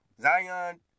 Zion